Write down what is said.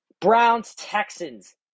Browns-Texans